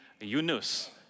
Yunus